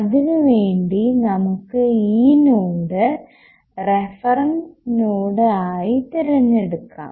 അതിനുവേണ്ടി നമുക്ക് ഈ നോഡ് റഫറൻസ് നോഡ് ആയി തിരഞ്ഞെടുക്കാം